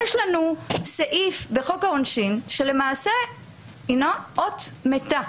יש לנו סעיף בחוק העונשין שהוא למעשה אות מתה.